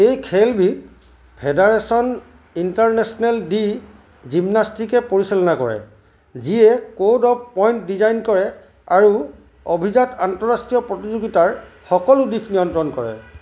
এই খেলবিধ Federation Internationale de Gymnastique এ পৰিচালনা কৰে যিয়ে ক'ড অৱ পইণ্ট ডিজাইন কৰে আৰু অভিজাত আন্তঃৰাষ্ট্ৰীয় প্ৰতিযোগিতাৰ সকলো দিশ নিয়ন্ত্ৰণ কৰে